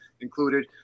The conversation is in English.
included